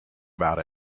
about